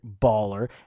baller